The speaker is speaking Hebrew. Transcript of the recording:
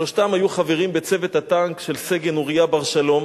שלושתם היו חברים בצוות הטנק של סגן אוריה בר-שלום